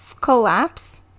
collapse